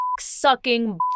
sucking